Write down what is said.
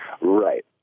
Right